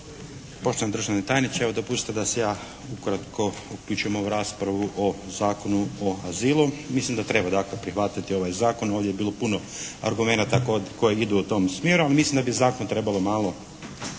Poštovani državni tajniče, evo dopustite da se ja ukratko uključim u ovu raspravu o Zakonu o azilu. Mislim da treba dakle prihvatiti ovaj zakon. Ovdje je bilo puno argumenata kod, koji idu u tom smjeru, ali mislim da bi zakon trebalo malo